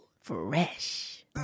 Fresh